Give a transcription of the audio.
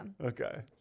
Okay